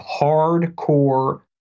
hardcore